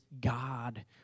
God